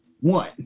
One